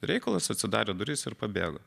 reikalus atsidarė duris ir pabėgo